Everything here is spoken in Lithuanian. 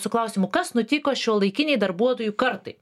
su klausimu kas nutiko šiuolaikinei darbuotojų kartai